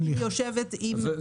נראה לי